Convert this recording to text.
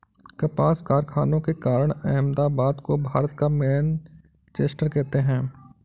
कपास कारखानों के कारण अहमदाबाद को भारत का मैनचेस्टर कहते हैं